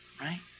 right